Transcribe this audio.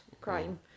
crime